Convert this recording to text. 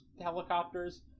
helicopters